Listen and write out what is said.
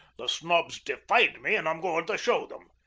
the snobs defied me, and i'm going to show them.